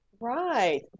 Right